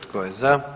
Tko je za?